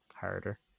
harder